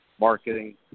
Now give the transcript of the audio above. marketing